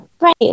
Right